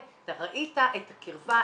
אתה ראית את הקרבה,